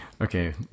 Okay